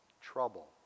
Trouble